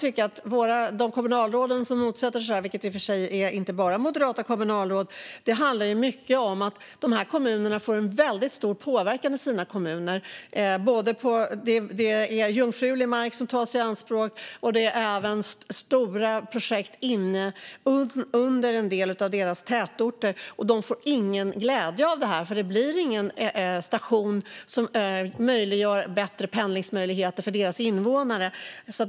När det gäller de kommunalråd som motsätter sig det här, vilket i och för sig inte bara är moderata kommunalråd, handlar det om väldigt stor påverkan på kommunerna. Det är både att jungfrulig mark tas i anspråk och att det är stora projekt under en del av deras tätorter. Men de får ingen glädje av det, eftersom det inte blir någon station som möjliggör för bättre pendling för deras invånare.